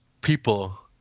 people